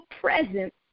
present